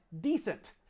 decent